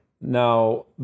Now